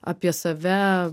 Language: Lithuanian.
apie save